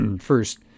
First